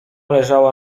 leżała